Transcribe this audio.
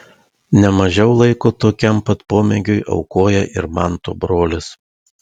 ne mažiau laiko tokiam pat pomėgiui aukoja ir manto brolis